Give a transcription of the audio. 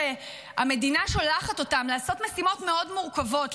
שהמדינה שולחת אותם לעשות משימות מאוד מורכבות,